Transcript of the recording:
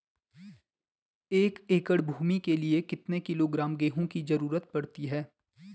एक एकड़ भूमि के लिए कितने किलोग्राम गेहूँ की जरूरत पड़ती है?